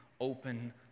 open